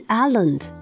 island